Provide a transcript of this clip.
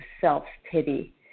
Self-Pity